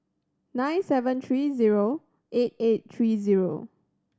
nine seven three zero eight eight three zero